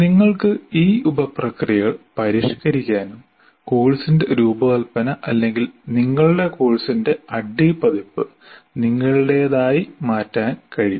നിങ്ങൾക്ക് ഈ ഉപപ്രക്രിയകൾ പരിഷ്കരിക്കാനും കോഴ്സിന്റെ രൂപകൽപ്പന അല്ലെങ്കിൽ നിങ്ങളുടെ കോഴ്സിന്റെ ADDIE പതിപ്പ് നിങ്ങളുടേതായി മാറ്റാൻ കഴിയും